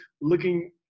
looking